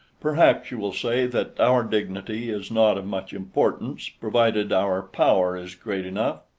perhaps you will say that our dignity is not of much importance provided our power is great enough.